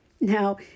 Now